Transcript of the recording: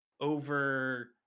over